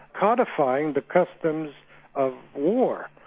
codifying the customs of war.